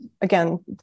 again